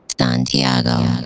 Santiago